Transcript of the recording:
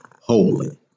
holy